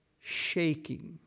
shaking